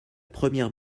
première